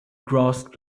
grasped